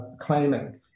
claiming